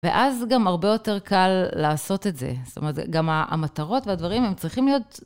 ואז גם הרבה יותר קל לעשות את זה. זאת אומרת, גם המטרות והדברים הם צריכים להיות...